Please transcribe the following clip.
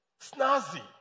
snazzy